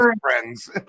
friends